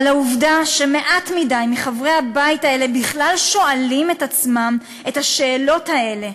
על העובדה שמעט מדי מחברי הבית הזה בכלל שואלים את עצמם את השאלות האלה,